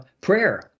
prayer